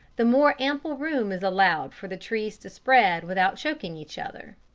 the more ample room is allowed for the trees to spread without choking each other.